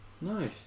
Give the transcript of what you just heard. Nice